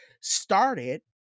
started